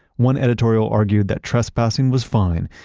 one editorial argued that trespassing was fine,